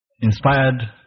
Inspired